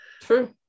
True